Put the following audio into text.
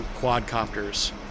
quadcopters